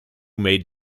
maid